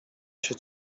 się